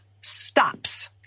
stops